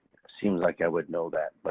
seems like i would know that, but